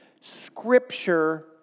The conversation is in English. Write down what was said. Scripture